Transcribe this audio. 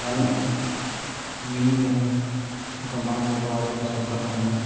ᱵᱟᱹᱱᱩᱜᱼᱟ ᱢᱤᱱᱤ ᱠᱚᱦᱚᱸ ᱚᱱᱠᱟ ᱵᱟᱝᱠᱚ ᱠᱚᱨᱟᱣ ᱠᱟᱫᱟ ᱥᱚᱨᱠᱟᱨ ᱠᱷᱚᱱ ᱦᱚᱸ